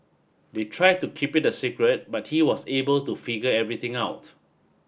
they tried to keep it a secret but he was able to figure everything out